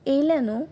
येयले न्हू